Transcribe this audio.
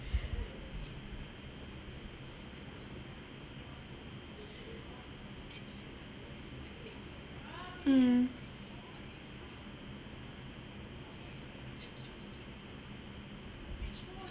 mm